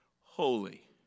holy